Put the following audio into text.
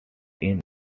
end